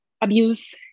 abuse